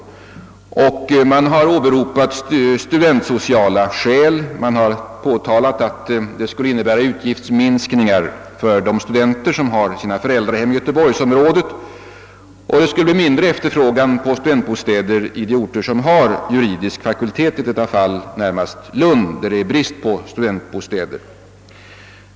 Konsistoriet har åberopat studentsociala skäl och understrukit att utvidgningen av undervisningen skulle medföra utgiftsminskningar för de studenter som har sina föräldrahem i göteborgsområdet samt att det skulle bli mindre efterfrågan på studentbostäder på de orter som har juridisk fakultet — i detta fall närmast Lund, där det är brist på studentbostäder.